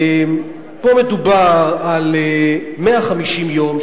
פה מדובר על 150 יום,